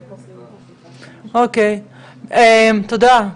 אוקיי, תודה.